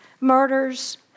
murders